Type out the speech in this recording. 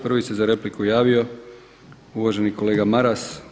Prvi se za repliku javio uvaženi kolega Maras.